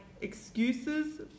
excuses